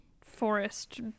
forest